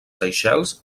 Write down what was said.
seychelles